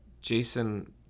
Jason